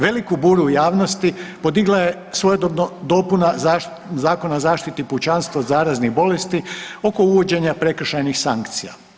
Veliku buru u javnosti podigla je svojedobno dopuna Zakona o zaštiti pučanstva od zaraznih bolesti oko uvođenja prekršajnih sankcija.